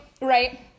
right